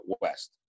west